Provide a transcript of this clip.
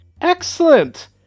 excellent